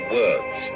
words